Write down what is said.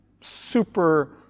super